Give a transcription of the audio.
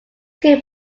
two